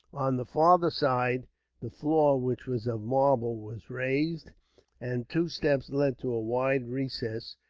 on the farther side the floor, which was of marble, was raised and two steps led to a wide recess,